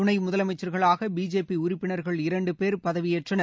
துணை முதலமைச்சர்களாக பிஜேபி உறுப்பினர்கள் இரண்டு பேர் பதவியேற்றனர்